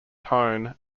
tone